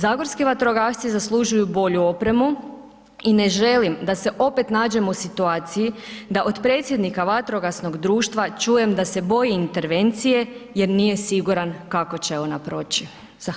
Zagorski vatrogasci zaslužuju bolju opremu i ne želim da se opet nađemo u situaciji da od predsjednika vatrogasnog društva čujem da se boji intervencije jer nije siguran kako će ona proći.